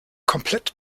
komplett